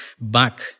back